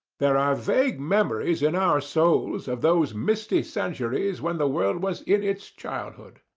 there are vague memories in our souls of those misty centuries when the world was in its childhood.